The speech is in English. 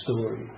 story